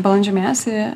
balandžio mėnesį